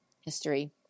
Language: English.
history